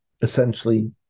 essentially